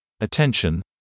attention